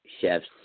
chefs